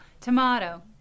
tomato